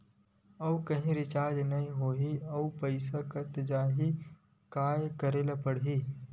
आऊ कहीं रिचार्ज नई होइस आऊ पईसा कत जहीं का करेला पढाही?